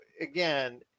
again